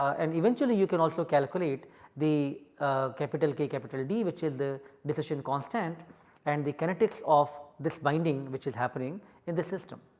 and eventually you can also calculate the capital k, capital d which is the dissociation constant and the kinetics of this binding which is happening in the system.